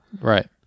right